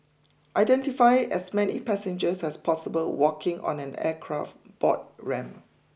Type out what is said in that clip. identify as many passengers as possible walking on an aircraft board ramp